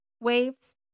waves